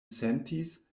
sentis